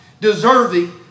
deserving